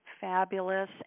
Fabulous